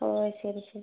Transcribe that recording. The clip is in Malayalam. ഓ ശരി ശരി